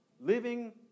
living